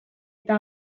eta